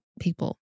people